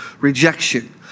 rejection